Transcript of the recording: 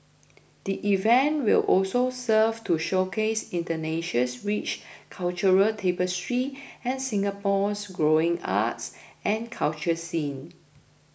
the event will also serve to showcase Indonesia's rich cultural tapestry and Singapore's growing arts and culture scene